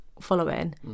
following